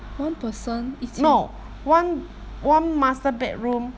one person 一间